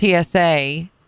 TSA